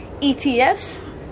ETFs